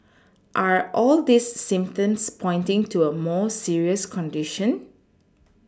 are all these symptoms pointing to a more serious condition